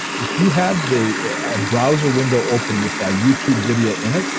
if you have the browser window open with that youtube video in it,